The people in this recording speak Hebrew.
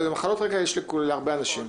מחלות רקע יש להרבה אנשים.